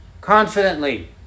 confidently